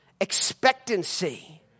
expectancy